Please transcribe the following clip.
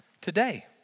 today